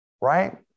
right